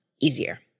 easier